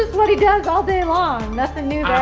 what he does all day long. nothing new